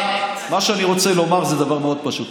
אבל מה שאני רוצה לומר זה דבר מאוד פשוט.